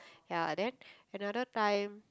ya then another time